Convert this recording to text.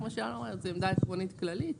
כמו שאילנה אומרת, זו עמדה עקרונית כללית.